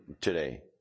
today